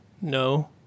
No